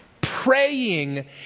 Praying